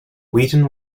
wheaton